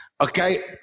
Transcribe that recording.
okay